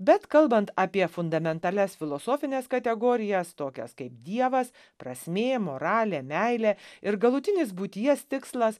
bet kalbant apie fundamentalias filosofines kategorijas tokias kaip dievas prasmė moralė meilė ir galutinis būties tikslas